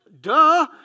Duh